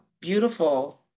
beautiful